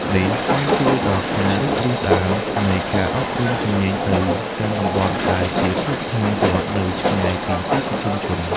នេះបានជួយដល់ការរីករាលដាលនៃការអប់រំជំនាញទៅកាន់តំបន់ដែលជាគ្រឹះស្ថានរដ្ឋនៅឆ្ងាយពីទីប្រជុំជន។